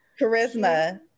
Charisma